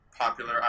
popular